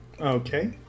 Okay